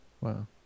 Wow